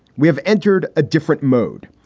we have entered a different mode.